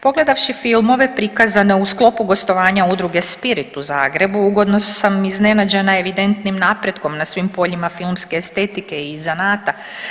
Pogledavši filmove prikazane u sklopu gostovanja udruge Spirit u Zagrebu, ugodno sam iznenađena evidentnim napretkom na svim poljima filmske estetike i zanata.